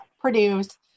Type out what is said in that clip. produce